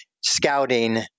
scouting